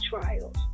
trials